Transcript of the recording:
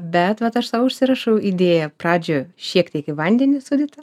bet vat aš sau užsirašau idėją pradžioje šiek tiek į vandenį sūdytą